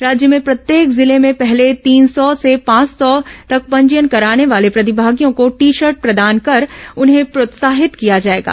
राज्य में प्रत्येक जिले में पहले तीन सौ से पांच सौ तक पंजीयन कराने वाले प्रतिभागियों को टी शर्ट प्रदान कर उन्हें प्रोत्साहित किया जाएगा